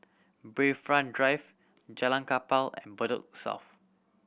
Bayfront Drive Jalan Kapal and Bedok South